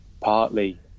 partly